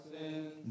sins